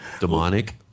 Demonic